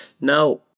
Now